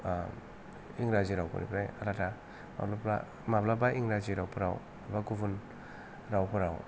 इंराजि रावफोरनिफ्राय आलादा माब्लाबा माब्लाबा इंराजि रावफ्राव बा गुबुन रावफोराव